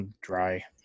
Dry